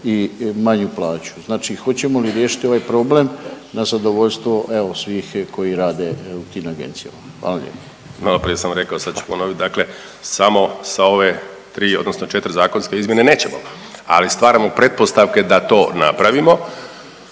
i manju plaću? Znači hoćemo li riješiti ovaj problem na zadovoljstvo evo svih koji rade u tim agencijama? Hvala lijepo. **Martinović, Juro** Maloprije sam rekao, sad ću ponovit. Dakle, samo sa ove 3 odnosno 4 zakonske izmjene nećemo, ali stvaramo pretpostavke da to napravimo.